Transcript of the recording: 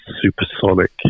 supersonic